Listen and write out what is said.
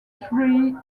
three